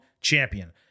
champion